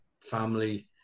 family